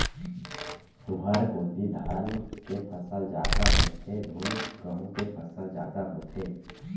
तुँहर कोती धान के जादा फसल होथे धुन गहूँ के फसल जादा होथे?